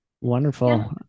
wonderful